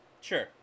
Sure